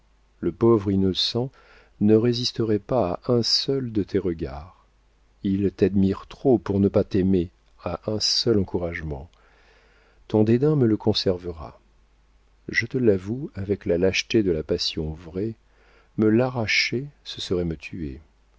le pauvre innocent ne résisterait pas à un seul de tes regards il t'admire trop pour ne pas t'aimer à un seul encouragement ton dédain me le conservera je te l'avoue avec la lâcheté de la passion vraie me l'arracher ce serait me tuer